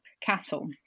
cattle